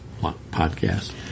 podcast